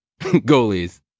goalies